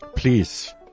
Please